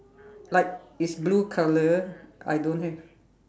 like it's blue color I don't have